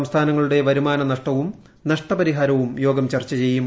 സംസ്ഥാനങ്ങളുടെ വരുമാന നഷ്ടവും നഷ്ട പരിഫീർമവും യോഗം ചർച്ച ചെയ്യും